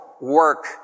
Work